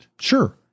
Sure